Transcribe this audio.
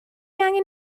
angen